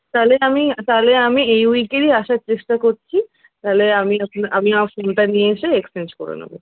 তাহলে আমি তাহলে আমি এই উইকেরই আসার চেষ্টা করছি তাহলে আমি আমি আমার ফোনটা নিয়ে এসে এক্সচেঞ্জ করে নেবো